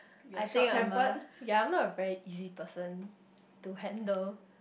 I think I'm a ya I am not a very easy person to handle